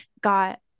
got